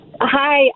Hi